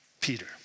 Peter